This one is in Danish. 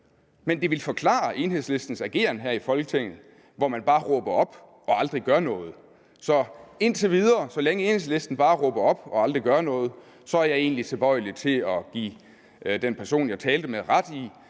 men det ville forklare Enhedslistens ageren her i Folketinget, hvor man bare råber op og aldrig gør noget. Så indtil videre og så længe Enhedslisten bare råber op og aldrig gør noget, er jeg egentlig tilbøjelig til at give den person, jeg talte med, ret i,